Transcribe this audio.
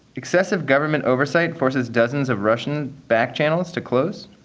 excessive government oversight forces dozens of russian backchannels to close.